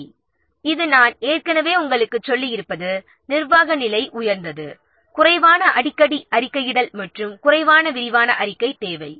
சரி இது நாம் ஏற்கனவே உங்களுக்குச் சொல்லியிருப்பது நிர்வாக நிலை உயர்ந்தது குறைவான அடிக்கடி அறிக்கையிடல் மற்றும் குறைவான விரிவான அறிக்கை தேவை